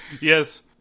Yes